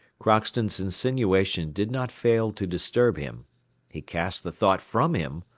crockston's insinuation did not fail to disturb him he cast the thought from him,